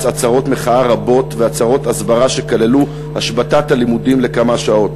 עצרות מחאה רבות ועצרות הסברה שכללו השבתת הלימודים לכמה שעות.